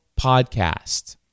podcast